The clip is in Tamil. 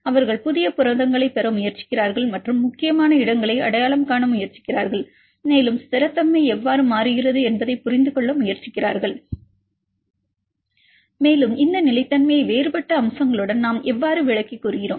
அவர்கள் புதிய புரதங்களைப் பெற முயற்சிக்கிறார்கள் மற்றும் முக்கியமான இடங்களை அடையாளம் காண முயற்சிக்கிறார்கள் மேலும் ஸ்திரத்தன்மை எவ்வாறு மாறுகிறது என்பதைப் புரிந்துகொள்ள முயற்சிக்கிறார்கள் மேலும் இந்த நிலைத்தன்மையை வேறுபட்ட அம்சங்களுடன் நாம் எவ்வாறு விளக்கி கூறுகிறோம்